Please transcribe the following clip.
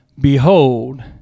Behold